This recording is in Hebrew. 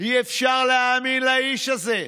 אי-אפשר להאמין לאיש הזה.